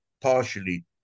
partially